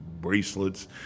bracelets